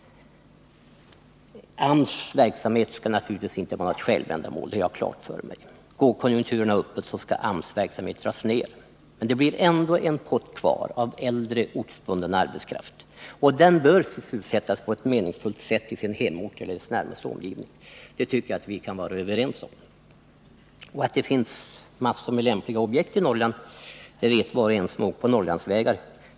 AMS verksamhet skall naturligtvis inte vara ett självändamål, det har jag klart för mig. Går konjunkturerna uppåt, så skall AMS verksamhet dras ner. Men det blir ändå en pott kvar av äldre ortsbunden arbetskraft, och den bör sysselsättas på ett meningsfullt sätt i sin hemort eller i dess närmaste omgivning — det tycker jag vi kan vara överens om. Att det finns massor av lämpliga objekt i Norrland vet var och en som åkt på Norrlandsvägar.